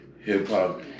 Hip-hop